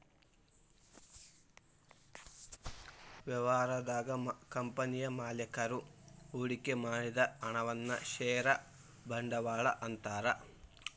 ವ್ಯವಹಾರದಾಗ ಕಂಪನಿಯ ಮಾಲೇಕರು ಹೂಡಿಕೆ ಮಾಡಿದ ಹಣವನ್ನ ಷೇರ ಬಂಡವಾಳ ಅಂತಾರ